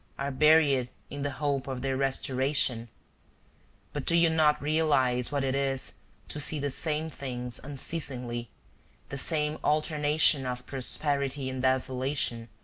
are buried in the hope of their restoration but do you not realize what it is to see the same things unceasingly the same alternation of prosperity and desolation,